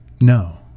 No